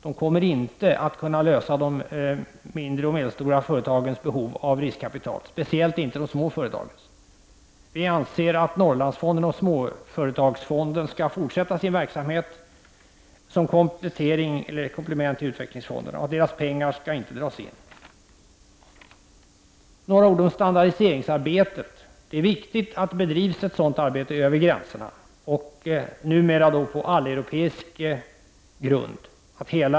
De kommer inte att kunna lösa de mindre och medelstora företagens behov av riskkapital, och speciellt inte de små företagens behov. Vi anser att Norrlandsfonden och Småföretagsfonden skall fortsätta sin verksamhet som ett komplement till utvecklingsfonderna, och deras pengar skall inte dras in. Vidare vill jag säga några ord om standardiseringsarbetet. Det är viktigt att det bedrivs ett sådant arbete över gränserna. Numera sker det på alleuropeisk grund.